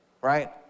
right